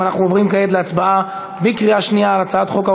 אני מציע לחברי ומבקש שנאשר את זה בקריאה השנייה והשלישית.